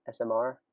SMR